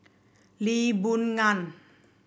Lee Boon Ngan